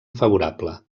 favorable